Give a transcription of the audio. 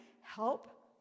help